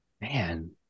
Man